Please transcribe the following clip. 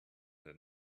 that